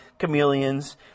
chameleons